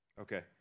Okay